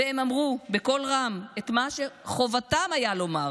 והם אמרו בקול רם את מה שחובתם הייתה לומר.